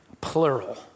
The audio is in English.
plural